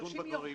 ונדון בדברים.